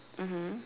mmhmm